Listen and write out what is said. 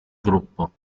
gruppo